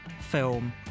film